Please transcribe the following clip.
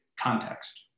context